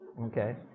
okay